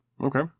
okay